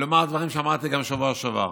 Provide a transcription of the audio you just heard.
ולומר דברים שאמרתי גם בשבוע שעבר.